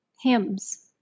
hymns